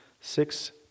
Six